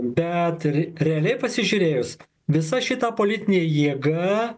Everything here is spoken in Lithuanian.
bet ir realiai pasižiūrėjus visa šita politinė jėga